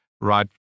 right